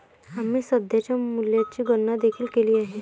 आम्ही सध्याच्या मूल्याची गणना देखील केली आहे